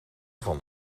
van